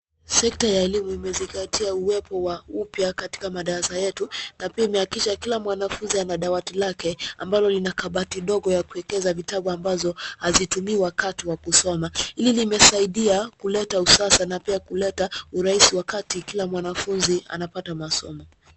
Sekta ya elimu imezingatia uwepo wa upya katika madarasa yetu na pia imehakikisha kila mwanafunzi ana dawati lake ambalo lina kabati dogo la kuwekeza vitabu ambazo hazitumiki wakati wa kusoma. Hili limesaidia kuleta usasa na pia kuleta urahisi wakati kila mwanafunzi anapata masomo.